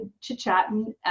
chit-chatting